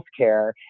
healthcare